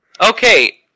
Okay